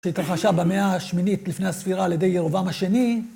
שהתרחשה במאה השמינית, לפני הספירה, על ידי ירובעם השני.